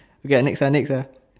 okay lah next ah next ah